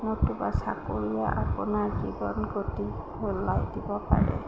নতুবা চাকৰিয়ে আপোনাৰ জীৱন গতি সলাই দিব পাৰে